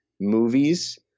movies